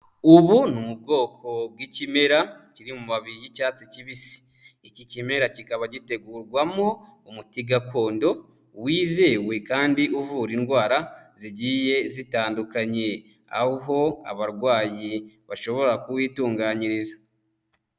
Ubu ni ubwoko bw'ikimera kiri mu mababi y'icyatsi kibisi, iki kimera kikaba gitegurwamo umuti gakondo wizewe kandi uvura indwara zigiye zitandukanye, aho abarwayi bashobora kuwitunganyiriza.